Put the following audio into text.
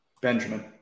Benjamin